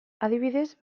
adibidez